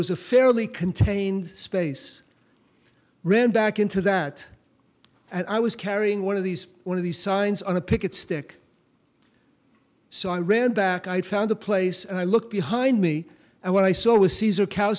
it was a fairly contained space ran back into that and i was carrying one of these one of these signs on a pick it stick so i ran back i found a place and i looked behind me and what i saw was caesar cow